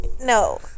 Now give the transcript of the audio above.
no